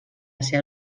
seva